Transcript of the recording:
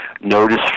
notice